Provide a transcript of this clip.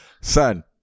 son